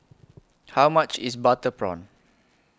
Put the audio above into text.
How much IS Butter Prawn